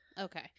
okay